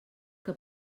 que